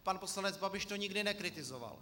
Pan poslanec Babiš to nikdy nekritizoval.